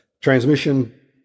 transmission